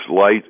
light